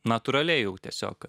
natūraliai jau tiesiog